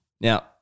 Now